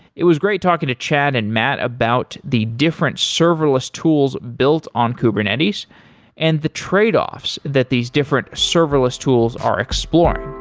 it was great talking to chad and matt about the different serverless tools built on kubernetes and the trade-offs that these different service tools are exploring